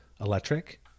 Electric